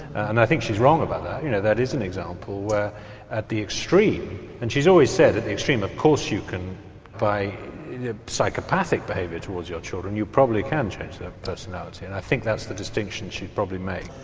and i think she's wrong about that, you know, that is an example where at the extreme and she's always said at the extreme of course you can by psychopathic behaviour towards your children you probably can change their personality, and i think that's the distinction she'd probably make.